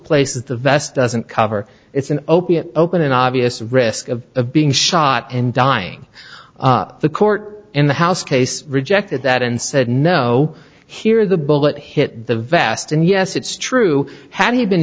places the vest doesn't cover it's an opiate open and obvious risk of being shot and dying the court in the house case rejected that and said no here the bullet hit the vest and yes it's true had he been